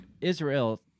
Israel